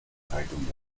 zeitung